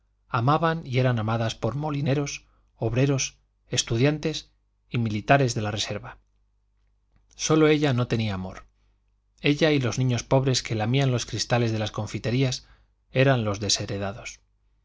amaban y eran amadas por molineros obreros estudiantes y militares de la reserva sólo ella no tenía amor ella y los niños pobres que lamían los cristales de las confiterías eran los desheredados